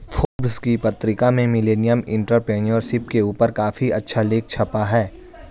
Forbes की पत्रिका में मिलेनियल एंटेरप्रेन्योरशिप के ऊपर काफी अच्छा लेख छपा है